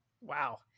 wow